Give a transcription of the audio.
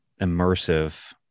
immersive